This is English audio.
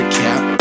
cap